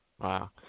Wow